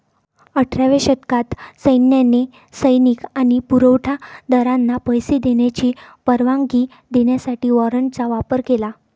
अठराव्या शतकात सैन्याने सैनिक आणि पुरवठा दारांना पैसे देण्याची परवानगी देण्यासाठी वॉरंटचा वापर केला